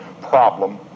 problem